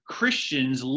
Christians